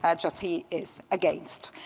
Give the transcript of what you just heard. ah just he is against.